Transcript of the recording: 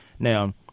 Now